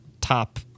top